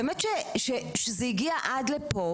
באמת שזה הגיע עד לפה,